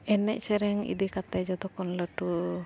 ᱮᱱᱮᱡ ᱥᱮᱨᱮᱧ ᱤᱫᱤ ᱠᱟᱛᱮ ᱡᱚᱛᱚ ᱠᱷᱚᱱ ᱞᱟᱹᱴᱩ